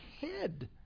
head